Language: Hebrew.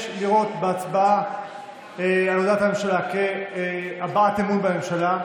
לראות בהצבעה על הודעת הממשלה כהבעת אמון בממשלה,